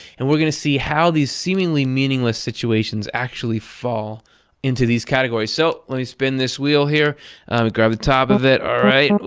and we're going to see how these seemingly meaningless situations actually fall into these categories. so, let me spin this wheel here. i'll grab the top of it. all right. and